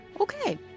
Okay